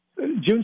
June